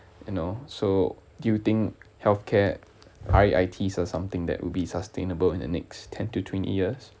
you know so do you think healthcare R_E_I_Ts or something that would be sustainable in the next ten to twenty years